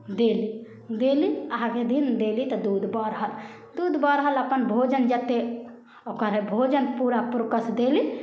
देली देली आगे दिन देली तऽ दूध बढ़ल दूध बढ़ल अपन भोजन जतेक ओकर हइ भोजन पूरा पुरकस देली